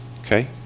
okay